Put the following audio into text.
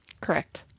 Correct